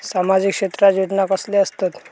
सामाजिक क्षेत्रात योजना कसले असतत?